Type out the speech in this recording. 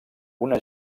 una